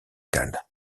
cale